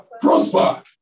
Prosper